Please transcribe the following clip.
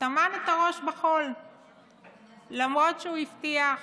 טמן את הראש בחול למרות שהוא הבטיח,